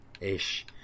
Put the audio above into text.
ish